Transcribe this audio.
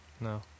No